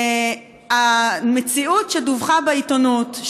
המציאות שדווחה בעיתונות,